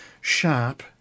sharp